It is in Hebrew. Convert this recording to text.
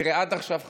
תראה, עד עכשיו חשבנו,